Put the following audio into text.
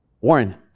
Warren